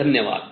धन्यवाद